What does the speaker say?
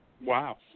Wow